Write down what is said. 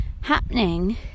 happening